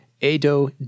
Edo